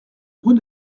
rue